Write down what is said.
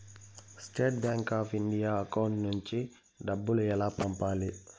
State bank of India account నుంచి డబ్బులు ఎలా పంపాలి?